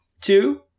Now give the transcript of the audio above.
two